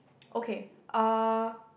okay uh